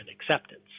acceptance